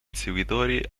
inseguitori